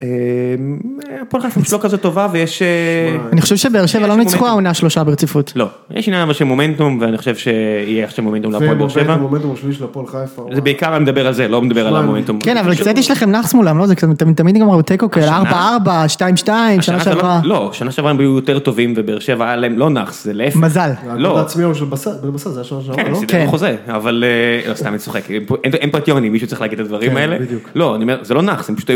ה‫פועל חיפה שלא כזה טובה, ויש... ‫-אני חושב שבאר-שבע לא ניצחו העונה שלושה ברציפות. ‫-לא, יש עניין אבל של מומנטום, ‫ואני חושב שיהיה עכשיו מומנטום ‫להפועל באר-שבע. ‫-זה מומנטום השלישי להפועל חיפה. ‫זה בעיקר מדבר על זה, ‫לא מדבר על המומנטום. ‫כן, אבל קצת יש לכם נחס מולם, ‫לא זה קצת, תמיד נגמרו תיקו, ‫ארבע, ארבע, שתיים, שתיים, ‫שנה שעברה... ‫-לא, שנה שעברה הם היו יותר טובים, ו‫באר-שבע היו להם... לא נחס, זה להפך. ‫-מזל. ‫לא. ‫-הגול העצמי של בן בסט, ‫זה היה בשנה שעברה, לא? ‫-כן, הם הפסידו חוזה. ‫אבל... סתם, אני צוחק. ‫אין פרטיונים, ‫מישהו צריך להגיד את הדברים האלה? ‫-בדיוק. ‫לא, זה לא נחס, הם פשוט היו...